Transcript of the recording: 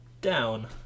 down